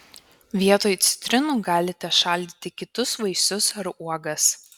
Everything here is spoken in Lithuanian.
vietoj citrinų galite šaldyti kitus vaisius ar uogas